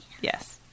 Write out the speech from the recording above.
Yes